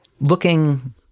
Looking